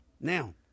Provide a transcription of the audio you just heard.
Now